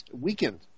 weakened